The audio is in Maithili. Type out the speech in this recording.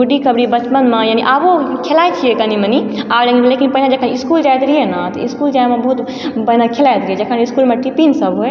गुड्डी कबड्डी बचपनमे यानि आबो खेलाइ छियै कनि मनि आर लेकिन पहिले इसकूल जाइत रहियै ने तऽ इसकूल जाइमे बहुत पहिने खेलाइत रहियै जखन इसकूलमे टिफिन सभ होइ